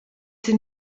sie